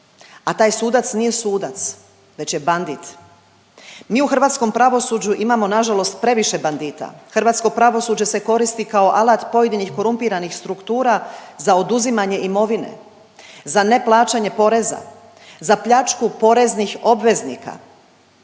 a taj sudac nije sudac već je bandit. Mi u hrvatskom pravosuđu imamo nažalost previše bandita, hrvatsko pravosuđe se koristi kao alat pojedinih korumpiranih struktura za oduzimanje imovine, za neplaćanje poreza, za pljačku poreznih obveznika,